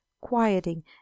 quieting